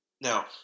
Now